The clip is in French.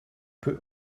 peut